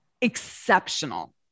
exceptional